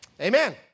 Amen